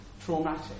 traumatic